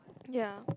ya